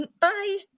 Bye